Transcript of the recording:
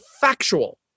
factual